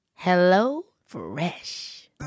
HelloFresh